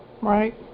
Right